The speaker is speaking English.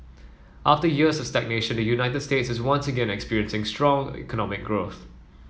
after years of stagnation the United States is once again experiencing strong economic growth